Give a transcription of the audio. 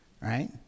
Right